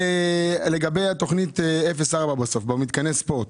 לגבי התוכנית שבסופה רשום 04, מתקני ספורט.